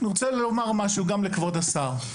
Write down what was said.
אני רוצה לומר משהו גם לכבוד השר.